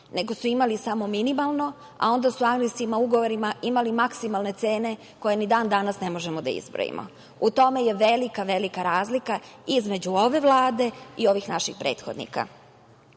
nego su imali samo minimalno, a onda su aneksima ugovora imali maksimalne cene, koje ni dan-danas ne možemo da izbrojimo. U tome je velika, velika razlika između ove Vlade i ovih naših prethodnika. Prva